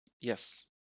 Yes